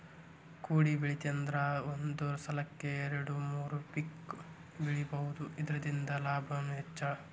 ಕೊಡಿಬೆಳಿದ್ರಂದ ಒಂದ ಸಲಕ್ಕ ಎರ್ಡು ಮೂರು ಪಿಕ್ ಬೆಳಿಬಹುದು ಇರ್ದಿಂದ ಲಾಭಾನು ಹೆಚ್ಚ